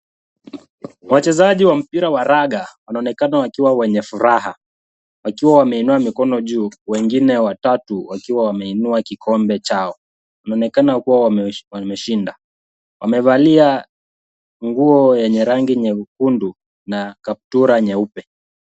Wachezaji wa mpira wa raga, wanaonekana wakiwa wenye furaha wakiwa wameinua mikono juu, wengine watatu wakiwa wameinua kikombe chao. Inaonekana kuwa wameshinda. Wamevalia nguo yenye rangi nyekundu na kaptura nyeupe.